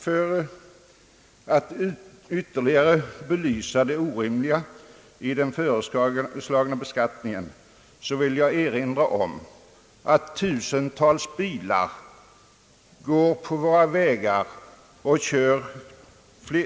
För att ytterligare belysa det orimliga i den föreslagna beskattningen vill jag erinra om att tusentals bilar kör